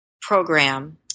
program